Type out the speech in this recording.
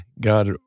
God